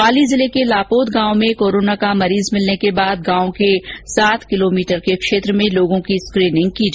पाली जिले के लापोद गांव में कोरोना का मरीज मिलने के बाद गांव के सात किलोमीटर क्षेत्र में लोगों की स्क्रीनिंग की जा रही है